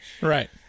Right